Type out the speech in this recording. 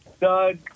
Doug